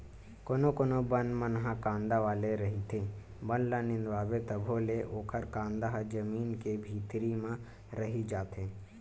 कोनो कोनो बन मन ह कांदा वाला रहिथे, बन ल निंदवाबे तभो ले ओखर कांदा ह जमीन के भीतरी म रहि जाथे